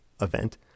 event